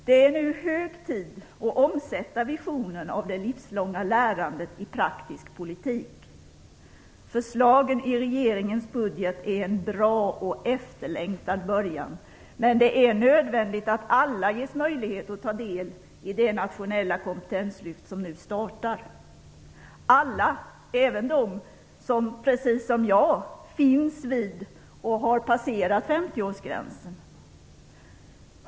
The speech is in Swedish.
Det är nu hög tid att omsätta visionen om det livslånga lärandet i praktisk politik. Förslagen i regeringens budget är en bra och efterlängtad början, men det är nödvändigt att alla ges möjlighet att ta del i det nationella kompetenslyft som nu startar. Det gäller även dem som, precis som jag, finns vid och har passerat 50-årsgränsen.